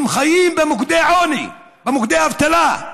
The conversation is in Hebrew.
שהם חיים במוקדי עוני, מוקדי אבטלה.